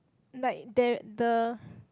like there the